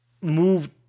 moved